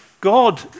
God